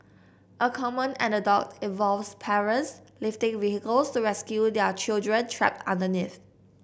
a common anecdote involves parents lifting vehicles to rescue their children trapped underneath